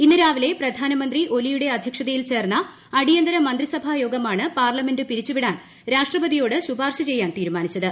ഇന്ന് രാവിലെ പ്രധാനമന്ത്രി ഒലിയുടെ അധ്യക്ഷതയിൽ ചേർന്ന അടിയന്തര മന്ത്രിസഭാ യോഗമാണ് പാർലമെന്റ് പിരിച്ചുവിടാൻ രാഷ്ട്രപതിയോട് ശുപാർശ ചെയ്യാൻ തീരുമാനിച്ചത്